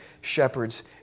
shepherds